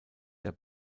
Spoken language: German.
der